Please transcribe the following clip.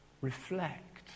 reflect